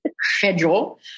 schedule